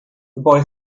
boy